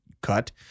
cut